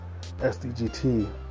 SDGT